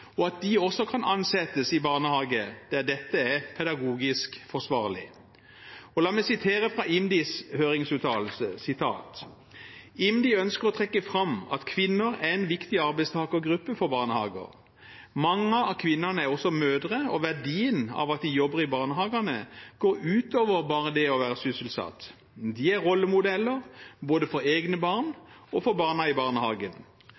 og at de også kan ansettes i barnehage der dette er pedagogisk forsvarlig. La meg sitere fra IMDis høringsuttalelse: «IMDi ønsker å trekke fram at kvinner er en viktig arbeidstakergruppe for barnehager. Mange av kvinnene er også mødre, og verdien av at de jobber i barnehagene går ut over bare det å være sysselsatt. De er rollemodeller, både for egne barn, og for barna i barnehagen.